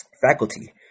Faculty